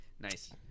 nice